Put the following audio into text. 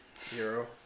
Zero